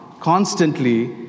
constantly